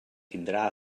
tindrà